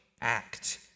act